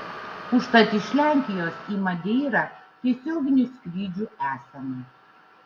užtat iš lenkijos į madeirą tiesioginių skrydžių esama